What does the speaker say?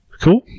Cool